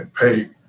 pay